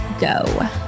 go